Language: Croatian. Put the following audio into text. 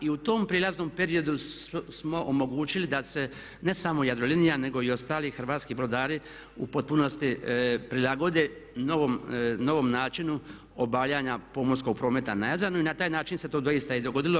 I u tom prijelaznom periodu smo omogućili da se ne samo Jadrolinija nego i ostali hrvatski brodari u potpunosti prilagode novom načinu obavljanja pomorskog prometa na Jadranu i na taj način se to doista i dogodilo.